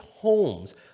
homes